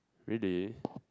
really